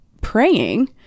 praying